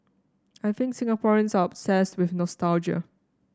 I think Singaporeans are obsessed with nostalgia